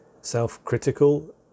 self-critical